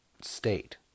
state